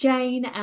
Jane